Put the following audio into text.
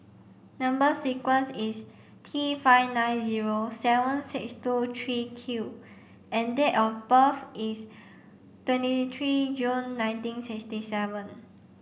number sequence is T five nine zero seven six two three Q and date of birth is twenty three June nineteen sixty seven